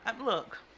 look